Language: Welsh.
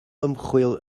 ymchwil